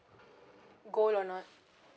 gold or not